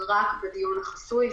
רק בדיון חסוי,